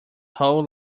whole